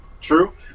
True